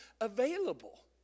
available